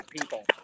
people